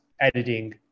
editing